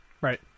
Right